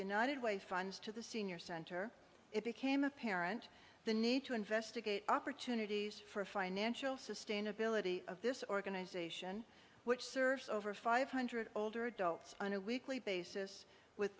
united way funds to the senior center it became apparent the need to investigate opportunities for financial sustainability of this organization which serves over five hundred older adults on a weekly basis with